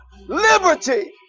liberty